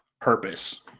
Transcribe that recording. purpose